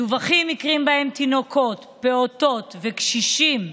מדֻווחים מקרים שבהם תינוקות, פעוטות וקשישים,